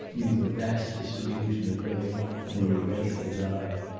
knew the vast disillusion of living and were ready to die.